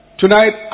tonight